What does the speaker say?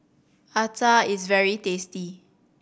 acar is very tasty